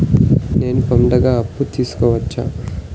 నేను పండుగ అప్పు తీసుకోవచ్చా?